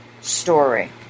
story